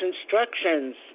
instructions